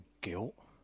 guilt